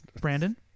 Brandon